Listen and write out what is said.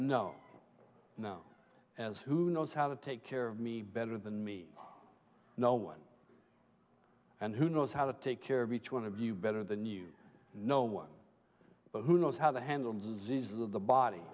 no known as who knows how to take care of me better than me no one and who knows how to take care of each one of you better than you no one but who knows how to handle diseases of the body